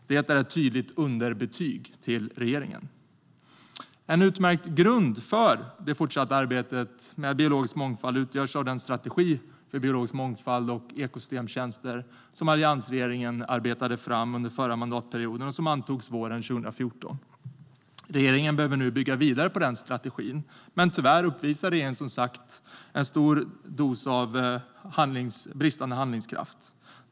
Det är ett tydligt underbetyg till regeringen. En utmärkt grund för det fortsatta arbetet med biologisk mångfald utgörs av den strategi för biologisk mångfald och ekosystemtjänster som alliansregeringen arbetade fram under förra mandatperioden och som antogs våren 2014. Regeringen behöver nu bygga vidare på den strategin, men tyvärr uppvisar regeringen som sagt en stor dos av bristande handlingskraft.